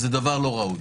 זה דבר לא ראוי.